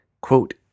quote